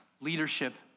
Leadership